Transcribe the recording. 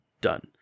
Done